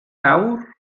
awr